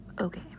Okay